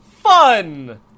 Fun